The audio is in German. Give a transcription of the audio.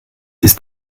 ist